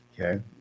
Okay